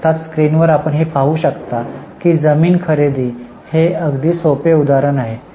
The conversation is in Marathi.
अर्थात स्क्रीनवर आपण हे पाहू शकता की जमीन खरेदी हे अगदी सोपे उदाहरण आहे